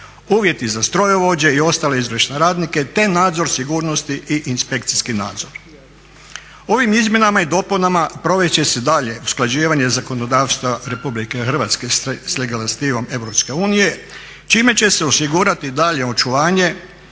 uvjeti za strojovođe i ostale izvršne radnike te nadzor sigurnosti i inspekcijski nadzor. Ovim izmjenama i dopunama provest će se dalje usklađivanje zakonodavstva RH s legislativom EU čime će se osigurati daljnje očuvanje